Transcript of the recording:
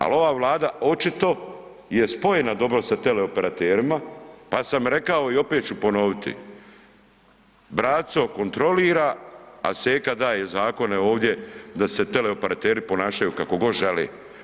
Ali ova Vlada očito je spojena dobro sa teleoperaterima pa sam rekao i opet ću ponoviti, braco kontrolira, a seka daje zakone ovdje da se teleoperateri ponašaju kako god žele.